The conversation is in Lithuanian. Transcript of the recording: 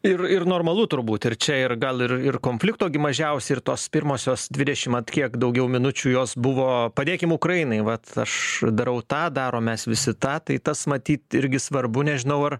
ir ir normalu turbūt ir čia ir gal ir ir konflikto gi mažiausi ir tos pirmosios dvidešim atkiek daugiau minučių jos buvo padėkim ukrainai vat aš darau tą darom mes visi tą tai tas matyt irgi svarbu nežinau ar